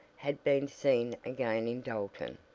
had been seen again in dalton.